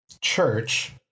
church